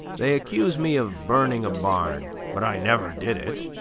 they accuse me of burning a barn but i never did it.